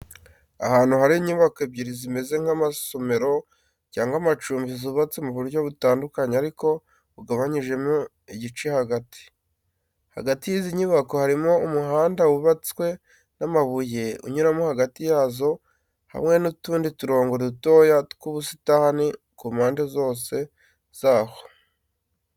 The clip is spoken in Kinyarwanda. Ahantu hari inyubako ebyiri zimeze nk’amasomero cyangwa amacumbi zubatse mu buryo butandukanye ariko bugabanyije igice hagati. Hagati y’izi nyubako harimo umuhanda wubatswe n’amabuye, unyuramo hagati yazo hamwe n’utundi turongo dutoya tw’ubusitani ku mpande zose zaho.